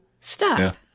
Stop